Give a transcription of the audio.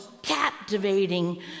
captivating